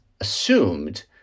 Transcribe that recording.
assumed